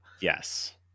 Yes